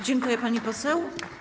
Dziękuję, pani poseł.